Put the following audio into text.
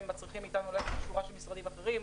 מצריכים מאיתנו ללכת לשורה של משרדים אחרים.